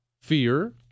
fear